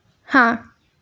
हां